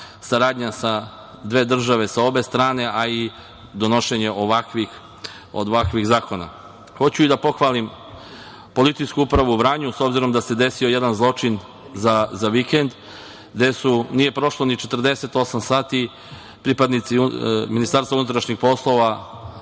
saradnja dve države sa obe strane, a i donošenje ovakvih zakona. Hoću i da pohvalim policijsku upravu u Vranju, s obzirom na to da se desio jedan zločin za vikend, gde nije prošlo ni 48 sati, akcijom pripadnika Ministarstva unutrašnjih poslova